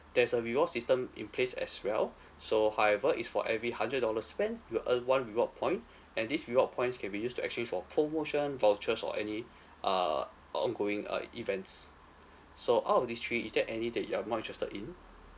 there's a reward system in place as well so however it's for every hundred dollar spent you'll earn one reward point and this reward points can be used to exchange for promotion vouchers or any uh ongoing uh events so out of this three is there any that you are more interested in